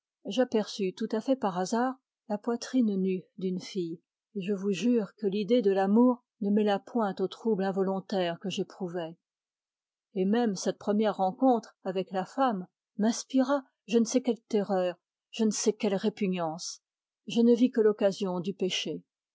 j'aperçus tout à fait par hasard la poitrine nue d'une fille et je vous jure que l'idée de l'amour ne se mêla point au trouble involontaire que j'éprouvai et même cette première rencontre avec la femme m'inspira je ne sais quelle terreur je ne sais quelle répugnance je ne vis que l'occasion du péché